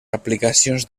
aplicacions